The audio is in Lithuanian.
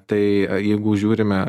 tai jeigu žiūrime